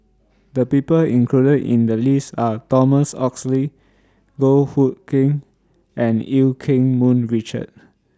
The People included in The list Are Thomas Oxley Goh Hood Keng and EU Keng Mun Richard